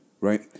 right